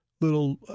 little